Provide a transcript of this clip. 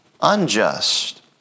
unjust